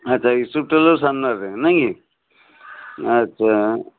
ଆଚ୍ଛା ୟୁସୁଫ୍ ଟେଲର୍ ସାମ୍ନାରେ ନାହିଁ କି ଆଚ୍ଛା